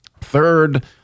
third